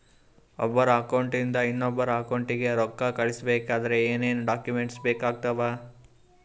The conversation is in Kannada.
ಒಬ್ಬರ ಅಕೌಂಟ್ ಇಂದ ಇನ್ನೊಬ್ಬರ ಅಕೌಂಟಿಗೆ ರೊಕ್ಕ ಕಳಿಸಬೇಕಾದ್ರೆ ಏನೇನ್ ಡಾಕ್ಯೂಮೆಂಟ್ಸ್ ಬೇಕಾಗುತ್ತಾವ?